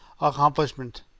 accomplishment